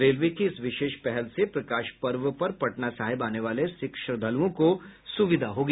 railway की इस विशेष पहल से प्रकाश पर्व पर पटना साहिब आने वाले सिख श्रद्वालुओं को सुविधा होगी